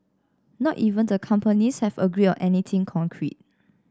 not even the companies have agreed on anything concrete